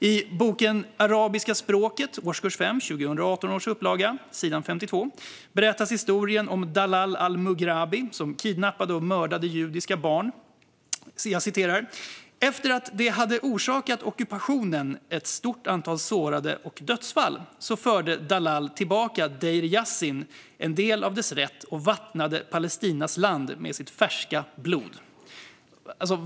I boken Arabiska språket , årskurs 5, 2018 års upplaga, s. 52 berättas historien om Dalal al-Mughrabi, som kidnappade och mördade judiska barn: Efter att de hade orsakat ockupationen ett stort antal sårade och dödsfall, så förde Dalal tillbaka Deir Yassin en del av dess rätt och vattnade Palestinas land med sitt färska blod.